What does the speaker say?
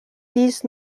dies